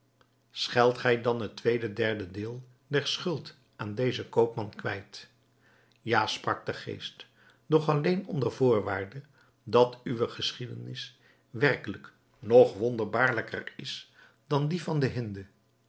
scheldt gij dan het tweede derde deel der schuld aan dezen koopman kwijt ja sprak de geest doch alleen onder voorwaarde dat uwe geschiedenis werkelijk nog wonderbaarlijker is dan die van de hinde